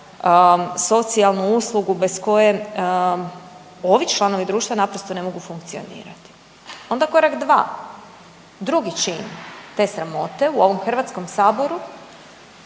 socijalnu uslugu bez koje ovi članovi društva naprosto ne mogu funkcionirati. Onda korak 2, 2. čin te sramote u ovom Hrvatskom saboru